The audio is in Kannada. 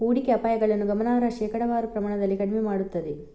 ಹೂಡಿಕೆ ಅಪಾಯಗಳನ್ನು ಗಮನಾರ್ಹ ಶೇಕಡಾವಾರು ಪ್ರಮಾಣದಲ್ಲಿ ಕಡಿಮೆ ಮಾಡುತ್ತದೆ